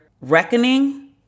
reckoning